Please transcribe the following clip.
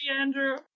Andrew